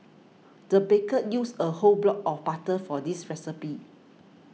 the baker used a whole block of butter for this recipe